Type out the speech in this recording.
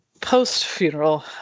post-funeral